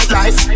life